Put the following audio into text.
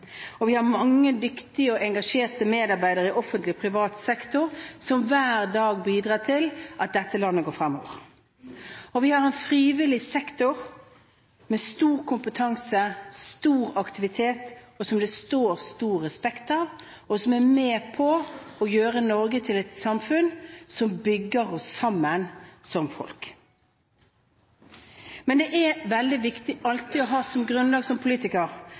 og vi har mange dyktige og engasjerte medarbeidere i offentlig og privat sektor som hver dag bidrar til at dette landet går fremover. Og vi har en frivillig sektor med stor kompetanse, stor aktivitet og som det står stor respekt av, og som er med på å gjøre Norge til et samfunn som bygger oss sammen som folk. Men det er veldig viktig som politiker alltid å ha som grunnlag